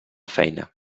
feina